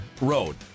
road